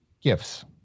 gifts